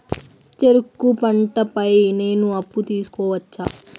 చెరుకు పంట పై నేను అప్పు తీసుకోవచ్చా?